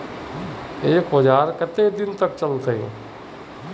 एक औजार केते दिन तक चलते?